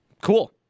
Cool